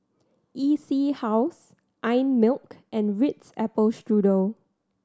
E C House Einmilk and Ritz Apple Strudel